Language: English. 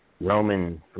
Roman